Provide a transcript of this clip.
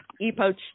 Epoch